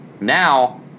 Now